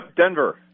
Denver